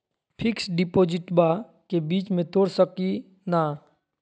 Fix डिपोजिटबा के बीच में तोड़ सकी ना?